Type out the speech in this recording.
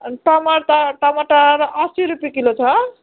अनि टमाटर टमाटर अस्सी रुपियाँ किलो छ